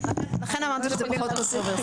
לכן אמרתי שזה פחות קונטרוברסלי.